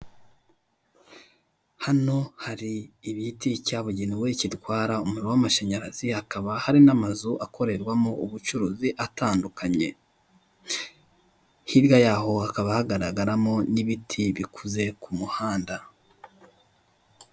Ndabona umugore usa nkaho arikwerekana agatabo ke gasa nkaho ari akubwishingizi bugendeye kubuzima, kandi uwo mugore ari kukereka undi wicaye wambaye akanu ku umutuku.